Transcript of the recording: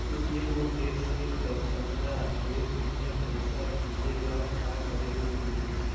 एगो देश से दशहरा देश मे पैसा भेजे ला का करेके होई?